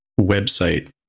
website